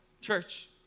Church